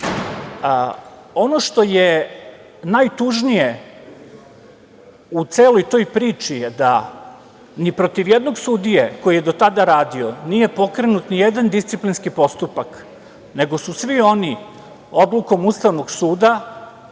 što je najtužnije u celoj toj priči je da ni protiv jednog sudije koji je do tada radio nije pokrenut ni jedan disciplinski postupak, nego su svi oni odlukom Ustavnog suda